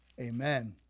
Amen